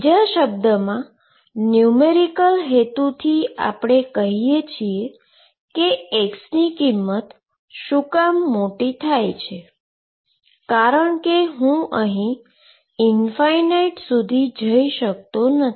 બીજા શબ્દોમાં ન્યુમેરીકલ હેતુથી આપણે કહી શકીએ કે x ની કિંમત શું કામ મોટી થાય છે કારણકે હું ઈન્ફાઈનીટી સુધી જઈ શકતો નથી